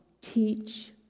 Teach